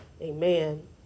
Amen